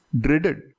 dreaded